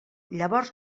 llavors